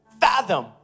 fathom